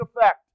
effect